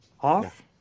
off